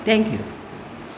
thank you